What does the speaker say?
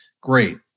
Great